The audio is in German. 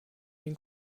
den